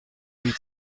huit